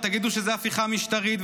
תגידו שזה הפיכה משטרית,